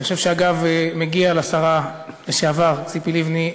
אני חושב, אגב, שמגיע לשרה לשעבר ציפי לבני,